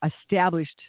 established